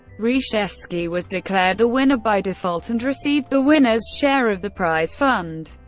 reshevsky was declared the winner, by default, and received the winner's share of the prize fund.